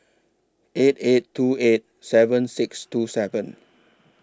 eight eight two eight seven six two seven